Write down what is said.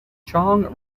chong